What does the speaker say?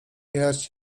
jechać